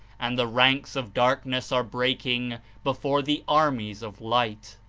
and the ranks of darkness are breaking before the armies of light.